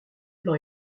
plan